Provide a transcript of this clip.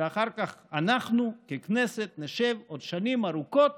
אחר כך אנחנו ככנסת נשב עוד שנים ארוכות